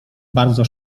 bardzo